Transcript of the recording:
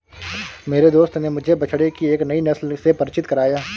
मेरे दोस्त ने मुझे बछड़े की एक नई नस्ल से परिचित कराया